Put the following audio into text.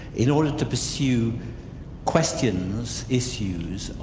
in order to pursue questions, issues, ah